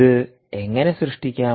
ഇത് എങ്ങനെ സൃഷ്ടിക്കാം